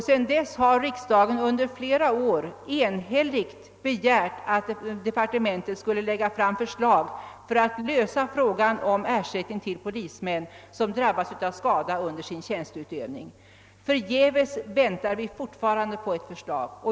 Sedan dess har riksdagen under flera år enhälligt begärt att Kungl. Maj:t skulle lägga fram förslag för att lösa frågan om ersälttning till polismän som drabbas av skada under sin tjänsteutövning. Förgäves väntar vi fortfarande på ett förslag.